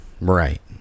right